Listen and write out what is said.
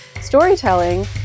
storytelling